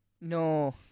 No